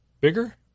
bigger